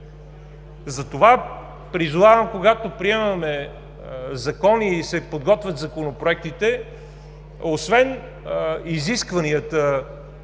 Затова призовавам, когато приемаме закони и се подготвят законопроектите, освен актуалните